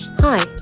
Hi